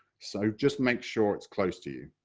so just make sure it's close to you.